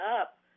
up